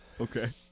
Okay